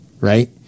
right